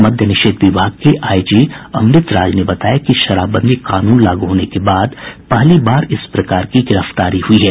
मद्यनिषेध विभाग के आईजी अमृत राज ने बताया कि शराबबंदी कानून लागू होने के बाद पहली बार इस प्रकार की गिरफ्तारी हुई है